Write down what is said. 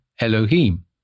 Elohim